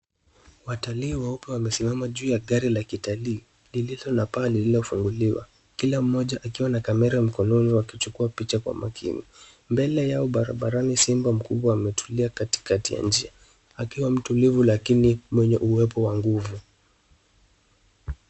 Watalii wuepe wamesimama juu ya gari la kitalii lililo na paa paa lililo funguliwa. Kila mmoja akiwa na kamera mkononi mwake wakichukua picha kwa makini. Mbele yao barabarani simba mkubwa ametulia katikati ya njia akiwa mtulivu lakini mwenye uwepo wa nguvu.